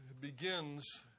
begins